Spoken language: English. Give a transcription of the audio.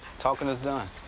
talking is done.